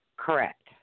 Correct